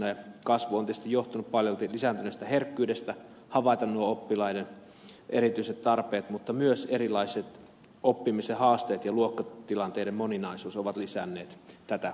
kasvu on tietysti johtunut paljolti lisääntyneestä herkkyydestä havaita oppilaiden erityiset tarpeet mutta myös erilaiset oppimisen haasteet ja luokkatilanteiden moninaisuus ovat lisänneet tätä tarvetta